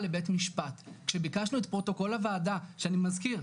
לבית משפט כשביקשנו את פרוטוקול הועדה שאני מזכיר,